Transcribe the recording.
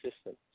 system